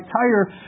tire